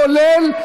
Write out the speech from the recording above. כולל,